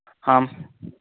हाम्